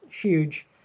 huge